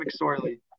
McSorley